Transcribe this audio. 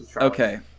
okay